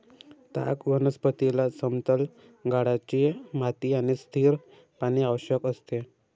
ताग वनस्पतीला समतल गाळाची माती आणि स्थिर पाणी आवश्यक असते